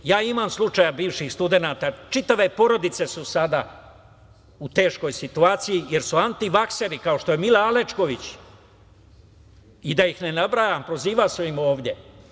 Imam slučajeva bivših studenata, čitave porodice su sada u teškoj situaciji jer su antivakseri, kao što je Mila Alečković, i da ih ne nabrajam, prozivao sam ih ovde.